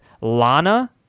Lana